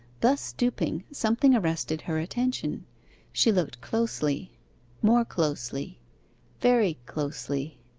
thus stooping, something arrested her attention she looked closely more closely very closely.